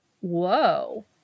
whoa